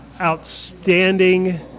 outstanding